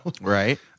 right